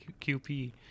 QP